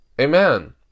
Amen